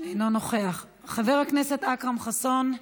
אינו נוכח, חבר הכנסת אכרם חסון,